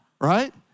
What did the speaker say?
right